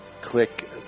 click